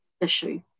issue